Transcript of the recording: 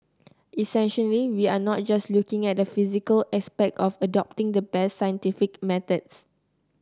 essentially we are not just looking at the physical aspect of adopting the best scientific methods